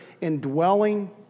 indwelling